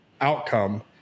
outcome